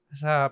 sa